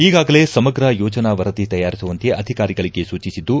ಈಗಾಗಲೇ ಸಮಗ್ರ ಯೋಜನಾ ವರದಿ ತಯಾರಿಸುವಂತೆ ಅಧಿಕಾರಿಗಳಿಗೆ ಸೂಚಿಸಿದ್ದು